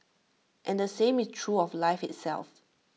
and the same is true of life itself